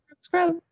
scrub